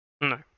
No